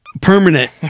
permanent